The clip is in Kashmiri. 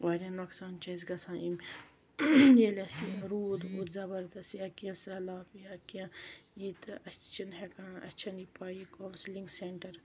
واریاہ نۄقصان چھِ اَسہِ گَژھان یِم ییٚلہِ اَسہِ یہِ روٗد ووٗد زبردَست یا کیٚنٛہہ سہلاب یا کیٚنٛہہ ییٚتہِ تہٕ أسۍ تہِ چھنہٕ ہیٚکان اَسہِ تہِ چھَنہٕ پَیی کَوسِلِنگ سینٹر